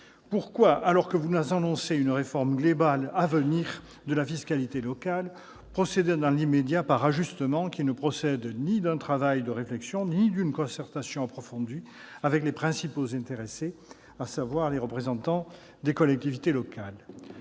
Pourquoi, alors que vous nous annoncez une réforme globale à venir de la fiscalité locale, procéder dans l'immédiat par ajustements, en ne menant ni travail de réflexion ni concertation approfondie avec les principaux intéressés, à savoir les représentants des collectivités locales ?